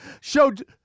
showed